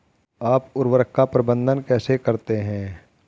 आप उर्वरक का प्रबंधन कैसे करते हैं?